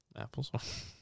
apples